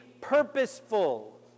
purposeful